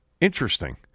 Interesting